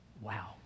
Wow